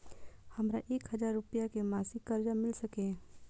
हमरा एक हजार रुपया के मासिक कर्जा मिल सकैये?